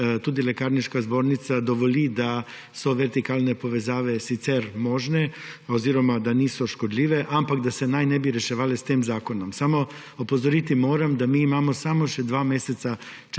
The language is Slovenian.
tudi Lekarniška zbornica dovoli, da so vertikalne povezave sicer možne oziroma da niso škodljive, ampak da se naj ne bi reševale s tem zakonom. Opozoriti moram, da imamo mi samo še dva meseca